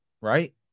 right